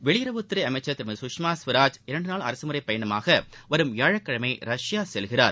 வெளியுறவுத்துறைஅமைச்சர் திருமதி சுஷ்மா ஸ்வராஜ் இரன்டுநாள் அரகமுறைப் பயணமாகவரும் வியாழக்கிழமை ரஷ்யா செல்கிறார்